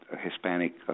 Hispanic